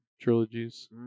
trilogies